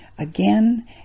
again